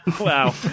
wow